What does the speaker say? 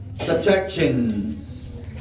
subtractions